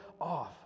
off